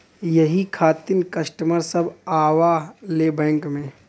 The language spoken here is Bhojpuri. यही खातिन कस्टमर सब आवा ले बैंक मे?